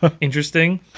interesting